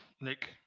Nick